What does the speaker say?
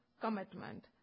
commitment